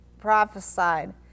prophesied